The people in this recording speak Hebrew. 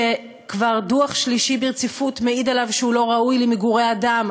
שכבר דוח שלישי ברציפות מעיד עליו שהוא לא ראוי למגורי אדם,